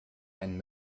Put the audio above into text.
einen